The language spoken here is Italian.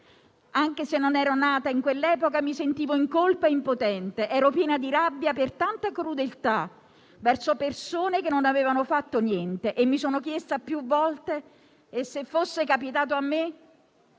Anche se non ero nata in quell'epoca, mi sentivo in colpa e impotente, ero piena di rabbia per tanta crudeltà verso persone che non avevano fatto niente e mi sono chiesta più volte: e se fosse capitato a me?